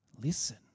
Listen